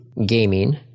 Gaming